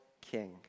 king